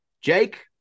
Jake